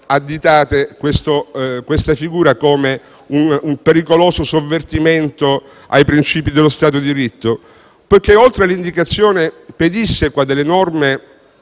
additate questa figura come un pericoloso sovvertimento ai principi dello Stato diritto? Innanzitutto perché vi è l'indicazione pedissequa delle norme